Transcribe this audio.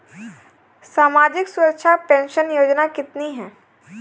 सामाजिक सुरक्षा पेंशन योजना कितनी हैं?